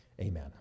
Amen